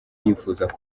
yifuza